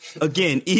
again